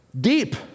deep